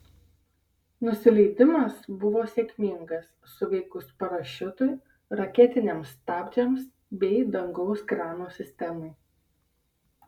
nusileidimas buvo sėkmingas suveikus parašiutui raketiniams stabdžiams bei dangaus krano sistemai